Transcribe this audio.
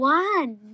one